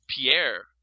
Pierre